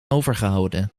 overgehouden